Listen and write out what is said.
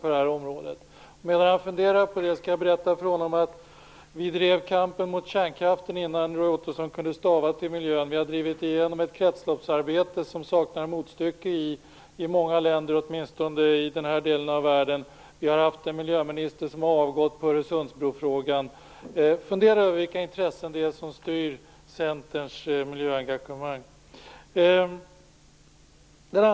Medan Roy Ottosson funderar på detta skall jag berätta för honom att det var vi som drev kampen mot kärnkraften innan Roy Ottosson kunde stava till miljö. Vi har drivit igenom ett kretsloppsarbete som saknar motstycke i många länder, åtminstone i den här delen av världen. Vi har haft en miljöminister som har avgått till följd av Öresundsbrofrågan. Fundera över vilka intressen det är som styr Centerns miljöengagemang!